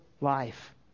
life